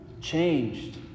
changed